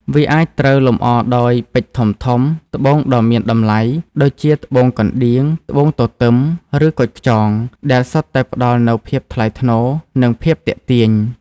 វាអាចត្រូវលម្អដោយ ពេជ្រធំៗ ត្បូងដ៏មានតម្លៃ ដូចជាត្បូងកណ្តៀង ត្បូងទទឹម ឬ គុជខ្យង ដែលសុទ្ធតែផ្តល់នូវភាពថ្លៃថ្នូរ និងភាពទាក់ទាញ។